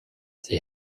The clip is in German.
sie